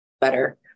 better